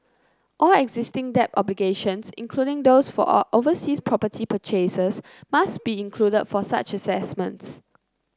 all existing debt obligations including those for overseas property purchases must be included for such assessments